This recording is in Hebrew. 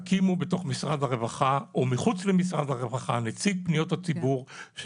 תקימו בתוך משרד הרווחה או מחוץ למשרד הרווחה נציג פניות הציבור,